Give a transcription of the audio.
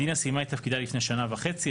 דינה סיימה את תפקידה לפני שנה וחצי.